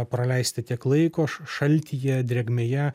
praleisti tiek laiko šaltyje drėgmėje